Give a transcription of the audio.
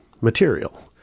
material